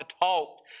talked